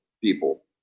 people